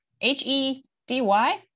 H-E-D-Y